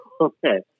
Okay